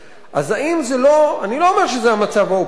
אז האם זה לא, אני לא אומר שזה המצב האופטימלי.